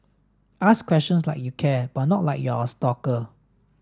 ask questions like you care but not like you're a stalker